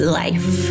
life